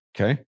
Okay